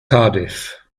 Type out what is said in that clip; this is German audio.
cardiff